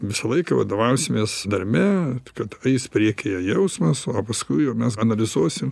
visą laiką vadovausimės darbe kad eis priekyje jausmas o paskui mes analizuosim